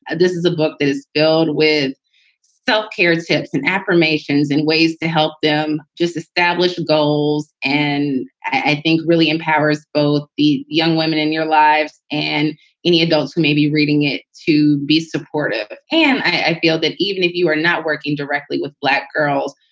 this is a book that is filled with self-care tips and affirmations in ways to help them just establish goals. and i think really empowers both the young women in your lives and any adults who may be reading it to be supportive. and i feel that even if you are not working directly with black girls,